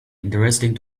interesting